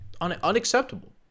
Unacceptable